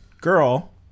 girl